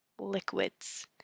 Liquids